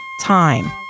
time